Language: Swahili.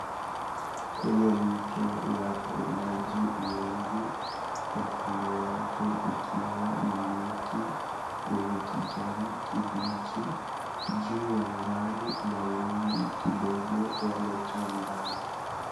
Kwenye mto yapo maji mengi na kando yake ikiwa ni miti yenye kijani kibichi. Juu angani mawingu kidogo yametanda.